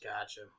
Gotcha